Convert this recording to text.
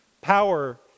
Power